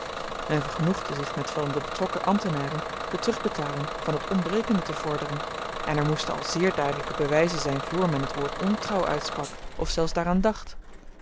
men vergenoegde zich met van de betrokken ambtenaren de terugbetaling van t ontbrekende te vorderen en er moesten al zeer duidelyke bewyzen zyn voor men t woord ontrouw uitsprak of zelfs daaraan dacht